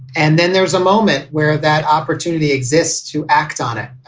and then there was a moment where that opportunity exists to act on it,